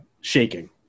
shaking